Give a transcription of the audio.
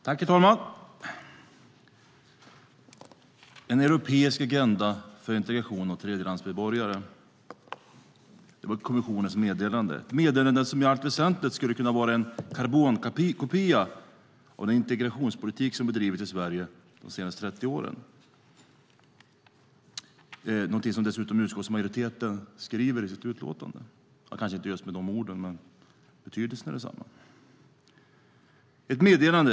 Herr talman! En europeisk agenda för integration av tredjelandsmedborgare - så heter kommissionens meddelande, ett meddelande som i allt väsentligt skulle kunna vara en karbonkopia av den integrationspolitik som bedrivits i Sverige de senaste 30 åren, vilket utskottsmajoriteten också skriver i sitt utlåtande. De kanske inte använder just de orden, men betydelsen är densamma. Det är bara ett meddelande.